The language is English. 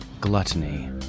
Gluttony